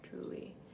truly